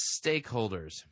stakeholders